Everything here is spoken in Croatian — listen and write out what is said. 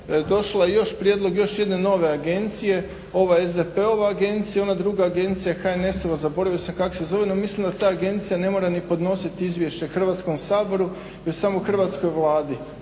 došao je još prijedlog jedne nove agencije, ova SDP-ova agencija, ona druga agencija HNS-ova, zaboravio sam kako se zove, no mislim da ta agencija ne mora ni podnosit izvješće Hrvatskom saboru već samo hrvatskoj Vladi,